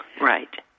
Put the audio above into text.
Right